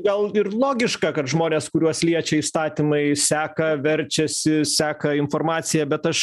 gal ir logiška kad žmonės kuriuos liečia įstatymai seka verčiasi seka informaciją bet aš